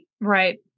right